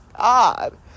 God